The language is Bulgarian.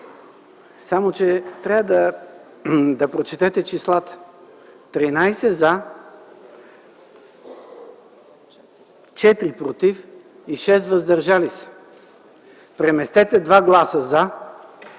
само че трябва да прочетете числата – 13 „за”, 4 „против” и 6 „въздържали се”. Преместете 2 гласа „за”